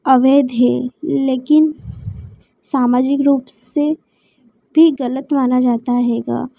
अवेध है लेकिन सामाजिक रूप से भी गलत माना जाता हेगा